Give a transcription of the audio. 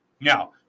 Now